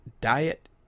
diet